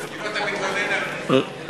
תודה,